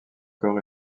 corps